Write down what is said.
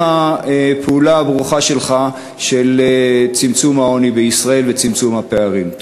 הפעולה הברוכה שלך לצמצום העוני וצמצום הפערים בישראל.